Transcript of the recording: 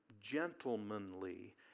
gentlemanly